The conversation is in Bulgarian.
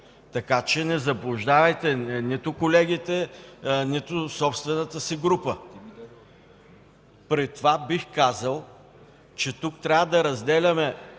така че не заблуждавайте нито колегите, нито собствената си група. При това бих казал, че тук трябва да разделяме